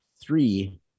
three